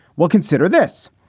well, consider this.